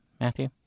Matthew